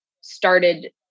started